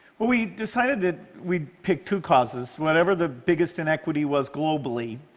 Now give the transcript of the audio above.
we decided that we'd pick two causes, whatever the biggest inequity was globally,